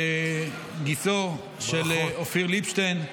גיסו של אופיר ליבשטיין,